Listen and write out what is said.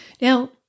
Now